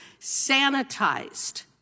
sanitized